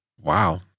Wow